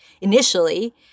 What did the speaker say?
initially